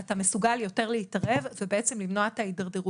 אתה מסוגל יותר להתערב ובעצם למנוע את ההתדרדרות.